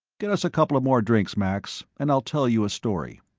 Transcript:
get us a couple of more drinks, max, and i'll tell you a story.